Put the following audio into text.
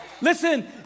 Listen